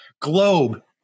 globe